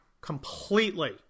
completely